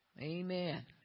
Amen